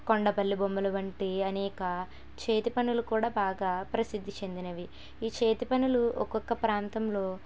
కొండపల్లి బొమ్మలు వంటి అనేక చేతి పనులు కూడా బాగా ప్రసిద్ది చెందినవి ఈ చేతి పనులు ఒక్కొక్క ప్రాంతంలో